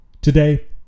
Today